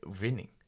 winning